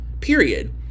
period